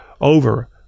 over